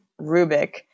Rubik